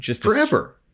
Forever